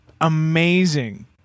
amazing